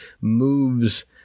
moves